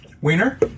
Wiener